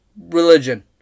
Religion